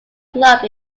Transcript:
club